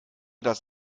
das